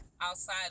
outside